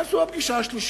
מה יעשו בפגישה השלישית?